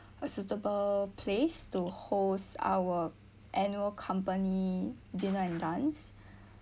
a suitable place to host our annual company dinner and dance